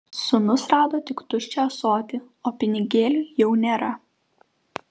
sūnus rado tik tuščią ąsotį o pinigėlių jau nėra